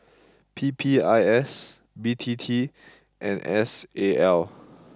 P P I S B T T and S A L